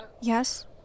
Yes